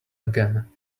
again